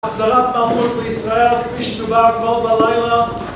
חזרת מערכות בישראל, כפי שדובר כבר בלילה